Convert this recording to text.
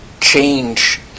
change